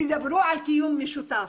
תדברו על קיום משותף.